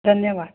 धन्यवादु